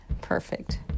Perfect